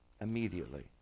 immediately